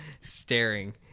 staring